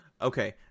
okay